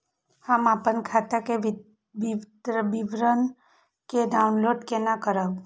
हम अपन खाता के विवरण के डाउनलोड केना करब?